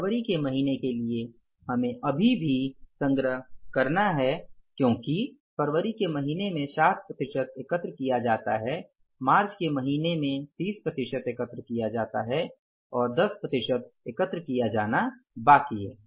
फरवरी के महीने के लिए हमें अभी भी संग्रह करना है क्योंकि फरवरी के महीने में 60 प्रतिशत एकत्र किया जाता है मार्च के महीने में 30 प्रतिशत एकत्र किया जाता है और 10 प्रतिशत एकत्र किया जाना बाकी है